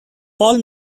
paul